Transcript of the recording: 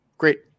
great